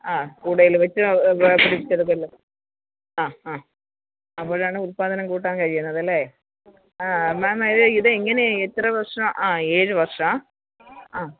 ആ കൂടേല് വെച്ച് ചെറുതല്ലേ അ അ അപ്പോഴാണ് ഉൽപ്പാദനം കൂട്ടാ കഴിയുന്നതല്ലേ ആ മേം ഇത് ഇതെങ്ങനെയാണ് എത്ര വർഷ ആ ഏഴ് വർഷാ അ